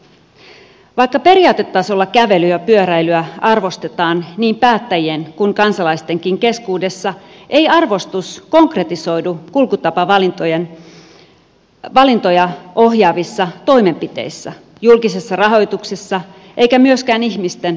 vaikka periaatetasolla kävelyä ja pyöräilyä arvostetaan niin päättäjien kuin kansalaistenkin keskuudessa ei arvostus konkretisoidu kulkutapavalintoja ohjaavissa toimenpiteissä julkisessa rahoituksessa eikä myöskään ihmisten käyttäytymisessä